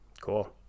cool